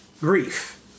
grief